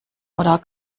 oder